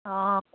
অঁ